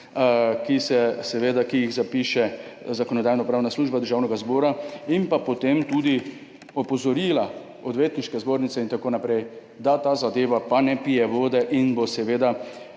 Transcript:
ki jih zapiše Zakonodajno-pravna služba Državnega zbora. In potem tudi opozorila Odvetniške zbornice in tako naprej, da ta zadeva pa ne pije vode in je v